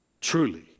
Truly